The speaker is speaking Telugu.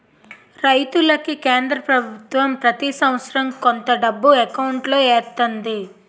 రైతులకి కేంద్ర పభుత్వం ప్రతి సంవత్సరం కొంత డబ్బు ఎకౌంటులో ఎత్తంది